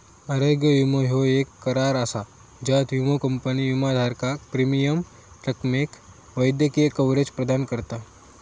आरोग्य विमो ह्यो येक करार असा ज्यात विमो कंपनी विमाधारकाक प्रीमियम रकमेक वैद्यकीय कव्हरेज प्रदान करता